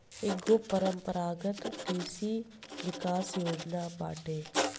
एकेगो परम्परागत कृषि विकास योजना बाटे